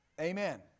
Amen